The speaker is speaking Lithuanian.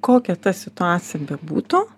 kokia ta situacija bebūtų